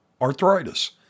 arthritis